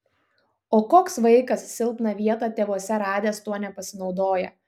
o koks vaikas silpną vietą tėvuose radęs tuo nepasinaudoja